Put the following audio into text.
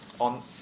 on